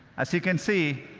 as you can see,